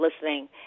listening